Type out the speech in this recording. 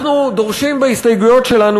אנחנו דורשים בהסתייגויות שלנו,